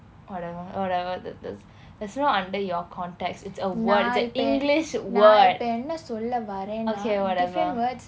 whatever whatever this this there is no under your context it's a word it's an english word okay whatever